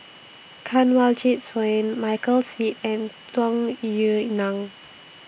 Kanwaljit Soin Michael Seet and Tung Yue Nang